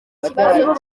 ikibazo